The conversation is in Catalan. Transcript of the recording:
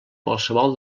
qualsevol